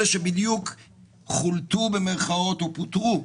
אלה שבדיוק חולתו במרכאות או פוטרו,